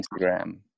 instagram